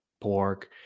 pork